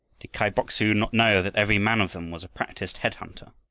did kai bok-su not know that every man of them was a practised head-hunter,